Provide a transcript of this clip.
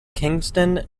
kinston